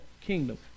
Kingdom